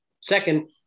Second